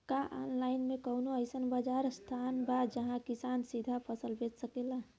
का आनलाइन मे कौनो अइसन बाजार स्थान बा जहाँ किसान सीधा फसल बेच सकेलन?